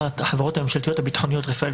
החברות הממשלתיות הביטחונית רפא"ל,